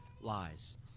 lies